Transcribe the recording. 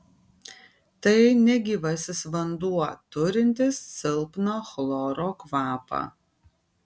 tai negyvasis vanduo turintis silpną chloro kvapą